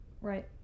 Right